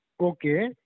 Okay